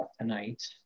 tonight